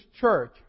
church